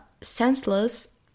senseless